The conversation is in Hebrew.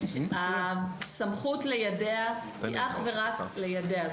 הסמכות ליידע היא אך ורק ליידע,